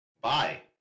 Bye